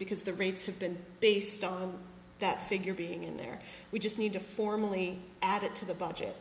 because the rates have been based on that figure being in there we just need to formally add it to the budget